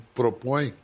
propõe